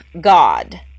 God